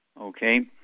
Okay